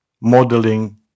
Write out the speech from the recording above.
modeling